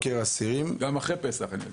גם אחרי פסח, אני יודע.